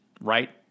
right